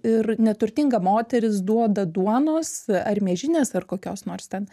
ir neturtinga moteris duoda duonos ar miežinės ar kokios nors ten